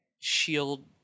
shield